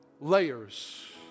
layers